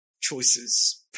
choices